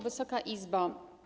Wysoka Izbo!